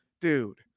dude